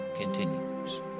continues